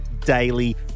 daily